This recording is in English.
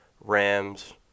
Rams